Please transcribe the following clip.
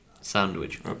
sandwich